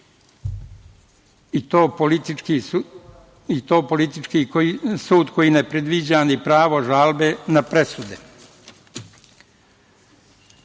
i to politički sud koji ne predviđa ni pravo žalbe na